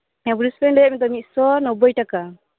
ᱦᱮᱸ ᱵᱚᱰᱤ ᱥᱯᱨᱮᱧ ᱞᱟᱹᱭᱟᱫ ᱢᱮᱫᱚ ᱢᱤᱫᱥᱚ ᱱᱚᱵᱽᱵᱳᱭ ᱴᱟᱠᱟ